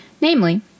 Namely